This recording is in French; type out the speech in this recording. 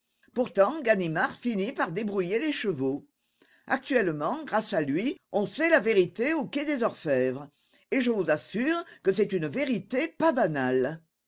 pourtant ganimard finit par débrouiller l'écheveau actuellement grâce à lui on sait la vérité au quai des orfèvres et je vous assure que c'est une vérité pas banale